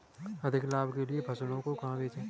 अधिक लाभ के लिए फसलों को कहाँ बेचें?